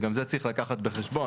שגם את זה צריך לקחת בחשבון,